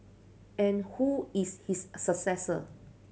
and who is his successor